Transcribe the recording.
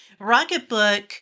Rocketbook